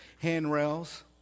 handrails